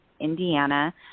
Indiana